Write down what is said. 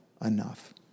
enough